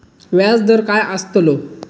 व्याज दर काय आस्तलो?